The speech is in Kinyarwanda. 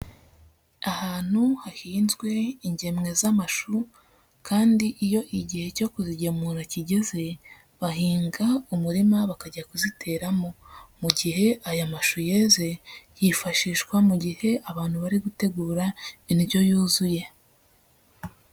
Ahantu hahinzwe ingemwe z'amashu kandi iyo igihe cyo kuzigemura kigeze bahinga umurima bakajya kuziteramo mu gihe aya mashu yeze yifashishwa mu gihe abantu bari gutegura indyo yuzuye.